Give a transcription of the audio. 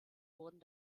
wurden